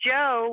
Joe